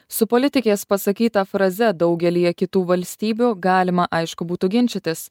su politikės pasakyta fraze daugelyje kitų valstybių galima aišku būtų ginčytis